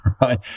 right